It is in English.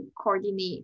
coordinate